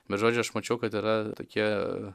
bet žodžiu aš mačiau kad yra tokie